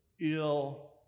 ill